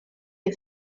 est